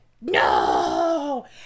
no